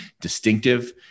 distinctive